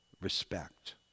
respect